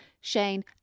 Shane